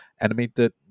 animated